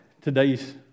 today's